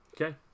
Okay